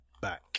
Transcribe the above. back